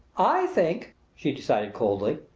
i think, she decided coldly,